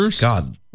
God